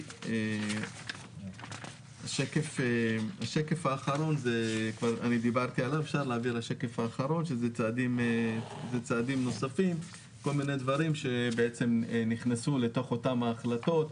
השקף האחרון הם הצעדים הנוספים ודברים שנכנסו לתוך אותן ההחלטות,